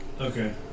Okay